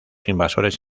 invasores